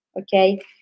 okay